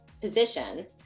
position